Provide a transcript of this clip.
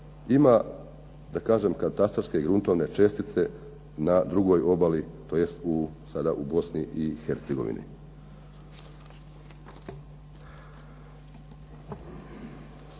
ima, da kažem, katastarske gruntovne čestice na drugoj obali tj. sada u Bosni i Hercegovini.